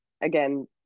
again